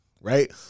right